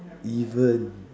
even